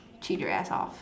cheat your ass off